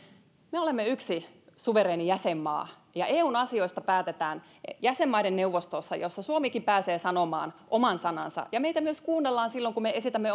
me olemme yksi suvereeni jäsenmaa ja eun asioista päätetään jäsenmaiden neuvostossa jossa suomikin pääsee sanomaan oman sanansa meitä myös kuunnellaan silloin kun me esitämme